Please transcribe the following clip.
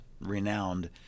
renowned